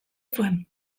zuen